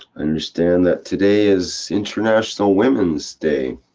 understand that today is international women's day,